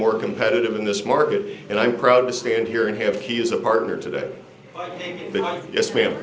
more competitive in this market and i'm proud to stand here and here he is a partner to that yes ma'am